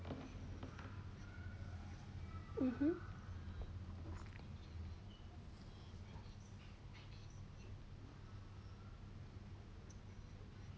mmhmm